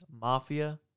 Mafia